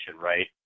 right